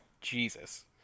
Jesus